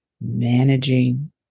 managing